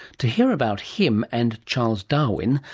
to hear about him and charles darwin,